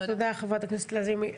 תודה ח"כ לזימי.